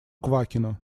квакину